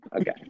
Okay